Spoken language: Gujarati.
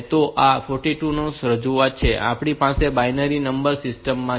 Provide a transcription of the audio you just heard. તો આ 42 ની રજૂઆત છે જે આપણી પાસે બાઈનરી નંબર સિસ્ટમ માં છે